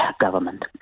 government